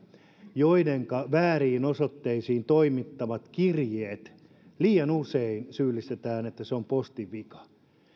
joidenka vääriin osoitteisiin toimittamista kirjeistä liian usein syyllistetään että se on postin vika